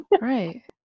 right